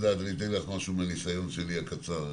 אני אתן לך משהו מהניסיון הקצר שלי,